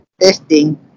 testing